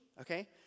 okay